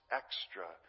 extra